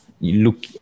look